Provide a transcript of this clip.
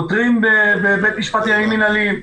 עותרים בבית משפט לעניינים מינהליים.